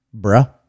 bruh